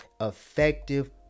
effective